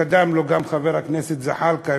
קדם לו חבר הכנסת זחאלקה,